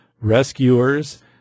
rescuers